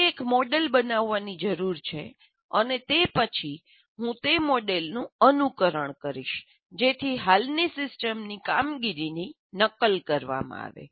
મારે એક મોડેલ બનાવવાની જરૂર છે અને તે પછી હું તે મોડેલનું અનુકરણ કરીશ જેથી હાલની સિસ્ટમની કામગીરીની નકલ કરવામાં આવે